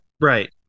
Right